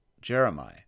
Jeremiah